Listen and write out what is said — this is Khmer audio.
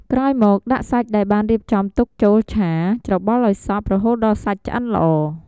ក្រោយមកដាក់សាច់ដែលបានរៀបចំទុកចូលឆា ច្របល់ឱ្យសព្វ រហូតដល់សាច់ឆ្អិនល្អ។